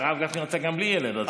הרב גפני רוצה גם בלי ילד.